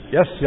Yes